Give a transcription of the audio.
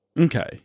Okay